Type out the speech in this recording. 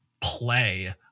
play